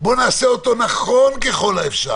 בואו נעשה אותו נכון ככל האפשר